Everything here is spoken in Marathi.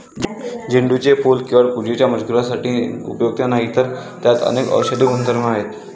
झेंडूचे फूल केवळ पूजेच्या मजकुरासाठी उपयुक्त नाही, तर त्यात अनेक औषधी गुणधर्म आहेत